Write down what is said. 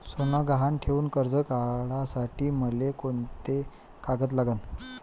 सोनं गहान ठेऊन कर्ज काढासाठी मले कोंते कागद लागन?